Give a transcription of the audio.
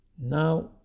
Now